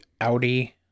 Audi